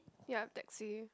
ya taxi